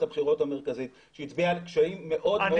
בחירות המרכזית שהצביע על קשיים מאוד מאוד גדולים.